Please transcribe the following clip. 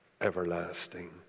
everlasting